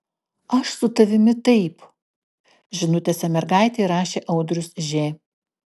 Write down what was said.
aš su tavimi taip žinutėse mergaitei rašė audrius ž